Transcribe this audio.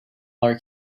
our